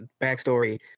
Backstory